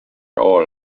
all